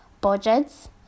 budgets